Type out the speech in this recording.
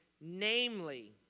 Namely